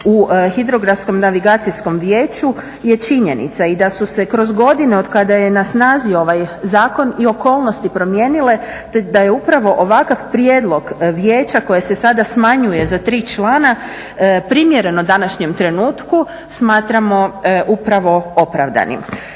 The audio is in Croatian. vijeću je činjenica i da su se kroz godine od kada je na snazi ovaj zakon i okolnosti promijenile, te da je upravo ovakav prijedlog vijeća koje se sada smanjuje za tri člana primjereno današnjem trenutku smatramo upravo opravdanim.